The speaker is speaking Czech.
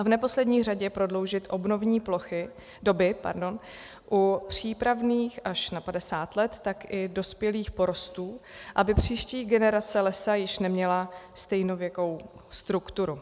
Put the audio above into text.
V neposlední řadě prodloužit obnovní doby u přípravných až na 50 let, tak i dospělých porostů, aby příští generace lesa již neměla stejnověkou strukturu.